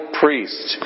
priest